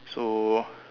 so